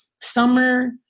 summer